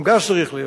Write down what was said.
גם גז צריך לייבא.